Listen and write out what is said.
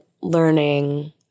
learning